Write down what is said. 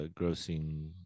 grossing